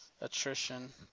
attrition